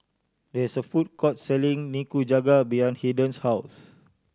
there is a food court selling Nikujaga behind Haden's house